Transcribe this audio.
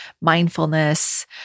mindfulness